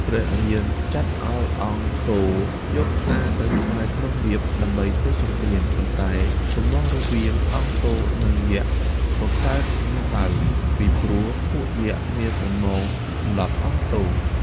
ព្រះរាមចាត់ឱ្យអង្គទ យកសារទៅថ្វាយក្រុងរាពណ៍ ដើម្បីធ្វើសង្គ្រាម ប៉ុន្តែទំនាស់រវាង អង្គទនិងយក្សក៏កើតមានឡើង ពីព្រោះពួកយក្សមានបំណងសម្លាប់អង្គទ។